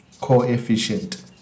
coefficient